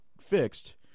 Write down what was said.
fixed